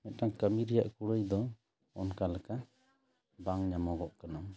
ᱢᱤᱫᱴᱟᱝ ᱠᱟᱹᱢᱤ ᱨᱮᱭᱥᱟᱜ ᱠᱩᱲᱟᱹᱭ ᱫᱚ ᱚᱱᱠᱟ ᱞᱮᱠᱟ ᱵᱟᱝ ᱧᱟᱢᱚᱜᱚᱜ ᱠᱟᱱᱟ